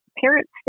parents